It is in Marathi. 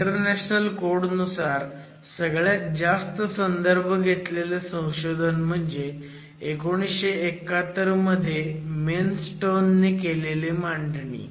इंटरनॅशनल कोड नुसार सगक्यात जास्त संदर्भ घेतलेलं संशोधन म्हणजे 1971 मध्ये मेनस्टोन ने केलेली मांडणी